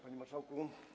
Panie Marszałku!